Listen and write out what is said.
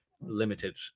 limited